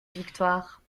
victoire